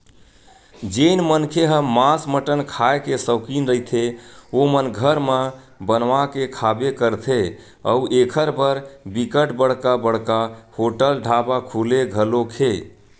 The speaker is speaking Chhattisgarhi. जेन मनखे ह मांस मटन खांए के सौकिन रहिथे ओमन घर म बनवा के खाबे करथे अउ एखर बर बिकट बड़का बड़का होटल ढ़ाबा खुले घलोक हे